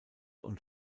und